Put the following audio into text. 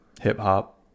Hip-hop